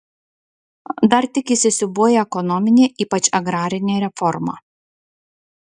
dar tik įsisiūbuoja ekonominė ypač agrarinė reforma